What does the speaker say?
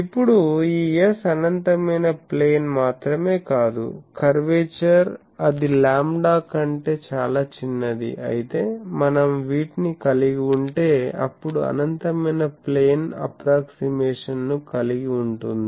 ఇప్పుడు ఈ S అనంతమైన ప్లేన్ మాత్రమే కాదు కర్వేచర్ అది లాంబ్డా కంటే చాలా చిన్నది అయితే మనం వీటిని కలిగి ఉంటే అప్పుడు అనంతమైన ప్లేన్ అప్ప్రోక్సిమేషన్ ను కలిగి ఉంటుంది